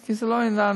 כי זה לא עניין,